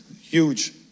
huge